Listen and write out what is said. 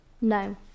No